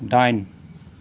दाइन